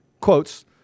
Quotes